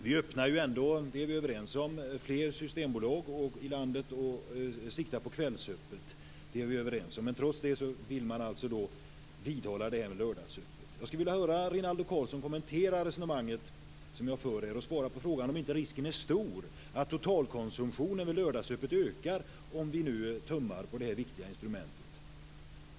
Vi öppnar ju ändå fler systembolag i landet och siktar på att ha kvällsöppet. Det är vi överens om. Men trots det vill man alltså vidhålla det här med att det ska vara lördagsöppet. Jag skulle vilja höra Rinaldo Karlsson kommentera det resonemang som jag för och svara på frågan om inte risken är stor att totalkonsumtionen ökar om vi har lördagsöppet och tummar på det här viktiga instrumentet.